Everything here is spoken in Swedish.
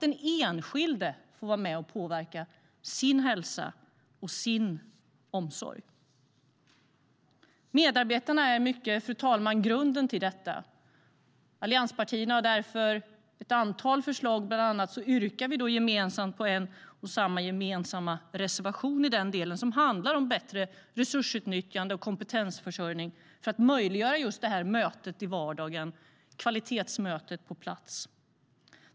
Den enskilde ska få vara med och påverka sin hälsa och sin omsorg. Fru talman! Medarbetarna är i mycket grunden till detta. Allianspartierna har därför ett antal förslag. Bland annat har vi en gemensam reservation som handlar om bättre resursutnyttjande och kompetensförsörjning för att möjliggöra det här mötet i vardagen, kvalitetsmötet, på plats.